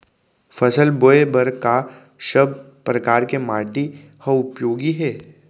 फसल बोए बर का सब परकार के माटी हा उपयोगी हे?